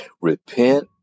Repent